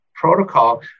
protocol